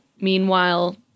Meanwhile